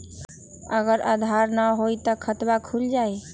अगर आधार न होई त खातवन खुल जाई?